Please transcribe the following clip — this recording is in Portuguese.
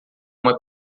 uma